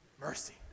Mercy